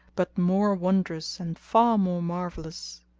but more wondrous and far more marvellous.